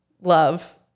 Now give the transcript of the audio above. love